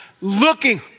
looking